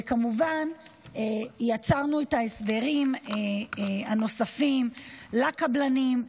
וכמובן יצרנו את ההסדרים הנוספים לקבלנים,